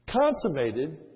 consummated